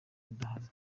kudahana